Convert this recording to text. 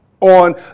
on